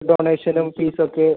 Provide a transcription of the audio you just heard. ഡൊണേഷനും ഫീസൊക്കെ